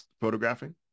photographing